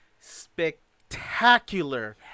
spectacular